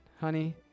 honey